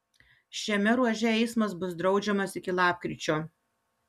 šiame ruože eismas bus draudžiamas iki lapkričio